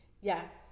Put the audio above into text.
Yes